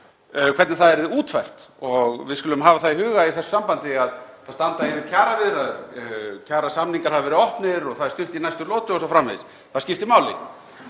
hvernig það yrði útfært. Við skulum hafa það í huga í þessu sambandi að það standa yfir kjaraviðræður, kjarasamningar hafa verið opnir og það er stutt í næstu lotu o.s.frv. Það skiptir máli.